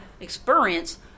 experience